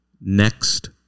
next